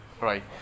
right